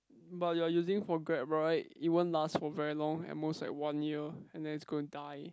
but you're using for Grab right it won't last for very long at most like one year and then it's going die